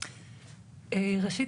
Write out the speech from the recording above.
ראשית,